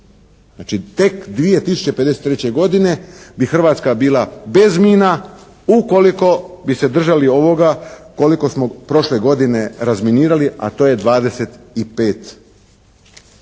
Znači tek 2053. godine bi Hrvatska bila bez mina ukoliko bi se držali ovoga koliko smo prošle godine razminirali, a to je 25